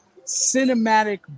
cinematic